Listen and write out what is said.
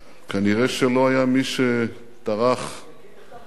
כנראה לא היה מי שטרח, לכתוב לך את הנאום.